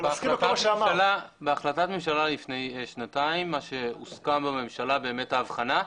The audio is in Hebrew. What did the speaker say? בהחלטת ממשלה לפני שנתיים, הוסכמה בממשלה ההבחנה.